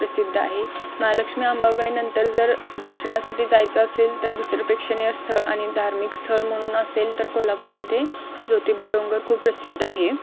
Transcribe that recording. प्रसिद्ध आहे महालक्ष्मी अंबाबाई नंतर जर दर्शनासाठी जायचं असेल तर दुसरं प्रेक्षणीय स्थळ आणि धार्मिक स्थळ म्हणून असेल तर कोल्हापूरमध्ये ज्योतिबा डोंगर खूप प्रसिद्ध आहे